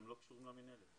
הם לא קשורים למינהלת.